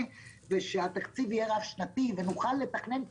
ושהתקציב יהיה רב-שנתי ונוכל לתכנן פעולות,